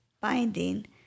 binding